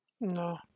No